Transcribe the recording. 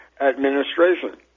Administration